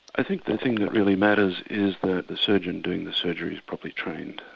i think the thing that really matters is that the surgeon doing the surgery is properly trained.